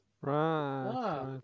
Right